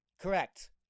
Correct